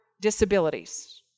disabilities